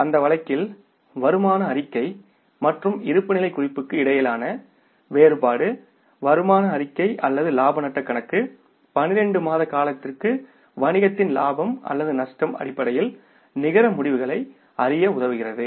எனவே அந்த வழக்கில் வருமான அறிக்கை மற்றும் இருப்புநிலை குறிப்புக்கு இடையிலான வேறுபாடு வருமான அறிக்கை அல்லது இலாப நட்ட கணக்கு 12 மாத காலத்திற்கு வணிகத்தின் லாபம் அல்லது நட்டம் அடிப்படையில் நிகர முடிவுகளை அறிய உதவுகிறது